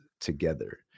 together